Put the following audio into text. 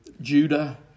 Judah